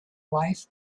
life